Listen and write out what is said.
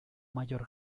mayor